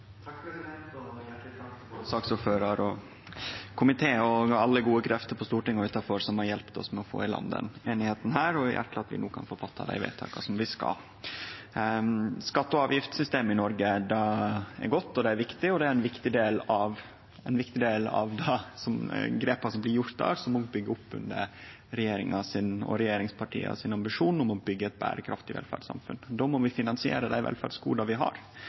takk til både saksordførar, komité og alle gode krefter på Stortinget og utanfor som har hjelpt oss med å få i land denne einigheita og gjort at vi no kan få fatte dei vedtaka som vi skal. Skatte- og avgiftssystemet i Noreg er godt og viktig, og grepa som blir gjorde der, byggjer òg opp under ambisjonen regjeringa og regjeringspartia har om å byggje eit berekraftig velferdssamfunn. Då må vi finansiere dei velferdsgoda vi har,